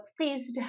please